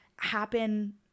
happen